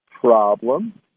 Problem